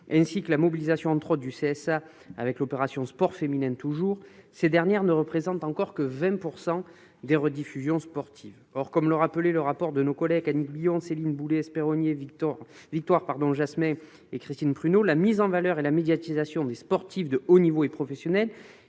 supérieur de l'audiovisuel (CSA) avec l'opération « Sport féminin toujours », ces dernières ne représentent encore que 20 % des rediffusions sportives. Comme le soulignait le rapport d'Annick Billon, Céline Boulay-Espéronnier, Victoire Jasmin et Christine Prunaud, la mise en valeur et la médiatisation des sportifs de haut niveau et professionnels